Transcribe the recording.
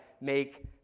make